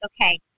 okay